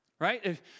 Right